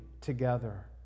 together